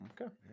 Okay